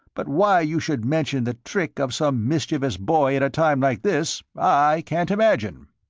but why you should mention the trick of some mischievous boy at a time like this i can't imagine.